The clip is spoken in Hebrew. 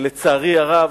לצערי הרב,